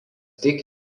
tik